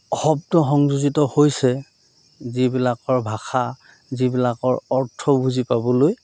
শব্দ সংযোজিত হৈছে যিবিলাকৰ ভাষা যিবিলাকৰ অৰ্থ বুজি পাবলৈ